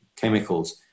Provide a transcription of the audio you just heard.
chemicals